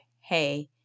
hey